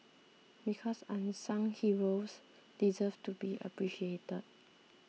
because unsung heroes deserve to be appreciated